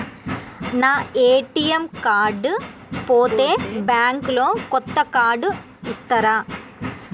నా ATM card పోతే bank లో కొత్త కార్డు ఇస్తరా?